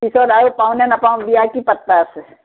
পিছত আৰু পাওঁ নে নেপাওঁ বিয়া কি পাত্তা আছে